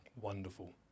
Wonderful